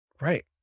Right